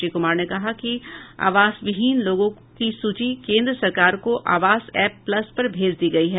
श्री कुमार ने कहा कि आवासविहीन लोगों की सूची केन्द्र सरकार को आवास एप्प प्लस पर भेज दी गयी है